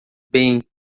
bem